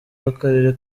w’akarere